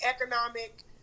economic